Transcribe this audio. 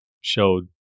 showed